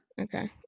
Okay